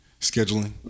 Scheduling